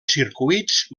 circuits